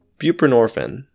Buprenorphine